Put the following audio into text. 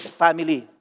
family